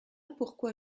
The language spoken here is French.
pourquoi